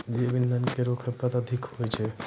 जैव इंधन केरो खपत अधिक होय छै